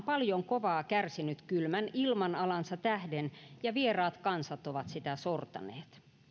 paljon kovaa kärsinyt kylmän ilmanalansa tähden ja vieraat kansat ovat sitä sortaneet